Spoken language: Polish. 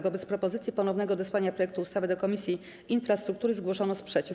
Wobec propozycji ponownego odesłania projektu ustawy do Komisji Infrastruktury zgłoszono sprzeciw.